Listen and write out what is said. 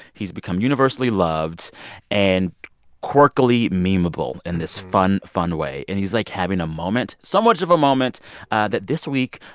he's become universally loved and quirkily meme-able in this fun, fun way. and he's, like, having a moment so much of a moment that, this week,